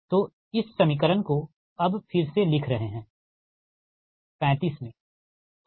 तो इस समीकरण को अब फिर से लिख रहे है 35 में ठीक